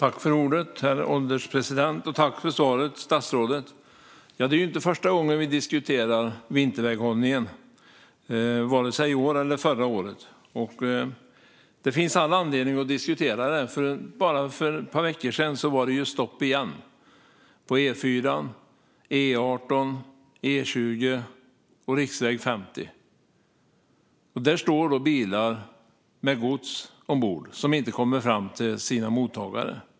Herr ålderspresident! Tack för svaret, statsrådet! Det är inte första gången, vare sig i år eller förra året, vi diskuterar vinterväghållningen. Det finns all anledning att diskutera den. För bara ett par veckor sedan var det stopp igen, på E4:an, E18, E20 och riksväg 50. Där stod bilar med gods ombord som inte kom fram till sina mottagare.